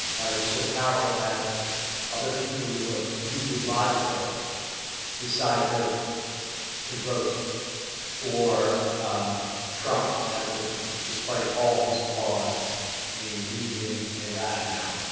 why it was so powerful to have other people who are usually logical decide to to vote for trump ah despite all his flaws in reason and rationale.